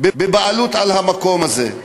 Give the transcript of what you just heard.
בבעלות על המקום הזה.